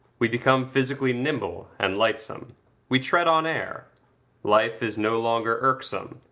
we become physically nimble and lightsome we tread on air life is no longer irksome,